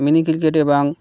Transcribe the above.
mini ক্রিকেটে এবং